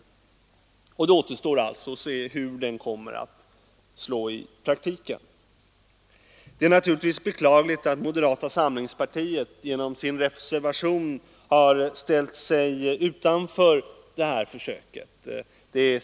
Det återstår således att se hur den kommer att slå i praktiken. Det är naturligtvis beklagligt att moderata samlingspartiet genom sin reservation har ställt sig utanför det här försöket.